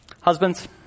Husbands